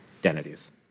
Identities